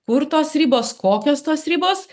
kur tos ribos kokios tos ribos